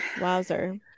Wowzer